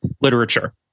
literature